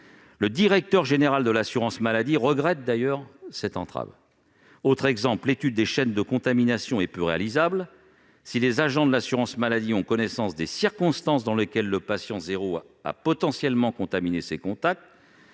Le directeur général de l'assurance maladie regrette d'ailleurs cette entrave. Autre exemple : l'étude des chaînes de contamination est peu réalisable ; si les agents de l'assurance maladie ont connaissance des circonstances dans lesquelles le patient zéro a potentiellement contaminé ses contacts,